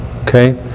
okay